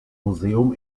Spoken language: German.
museum